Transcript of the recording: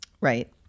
Right